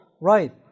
right